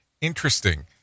interesting